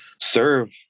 serve